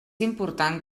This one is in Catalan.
important